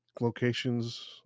locations